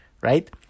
right